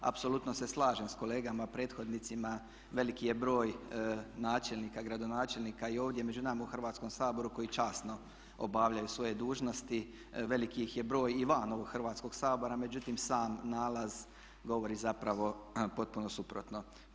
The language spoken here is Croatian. Apsolutno se slažem s kolegama prethodnicima veliki je broj načelnika, gradonačelnika i ovdje među nama u Hrvatskom saboru koji časno obavljaju svoje dužnosti, velik ih je broj i van ovog Hrvatskog sabora međutim sam nalaz govori zapravo potpuno suprotno.